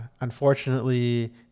unfortunately